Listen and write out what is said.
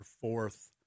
fourth